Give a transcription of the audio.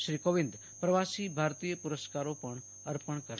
શ્રી કોવિંદ પ્રવાસી ભારતીય પુરસ્કારો પણ અર્પણ કરશે